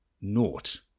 Nought